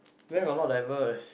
where got not diverse